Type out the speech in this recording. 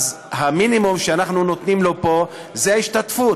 אז המינימום שאנחנו נותנים לו פה זו ההשתתפות.